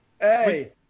Hey